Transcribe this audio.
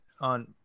on